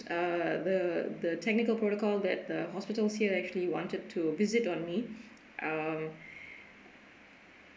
uh the the technical protocol that the hospitals here actually wanted to visit on me uh